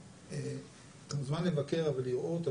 אתה מוזמן לבקר ולראות,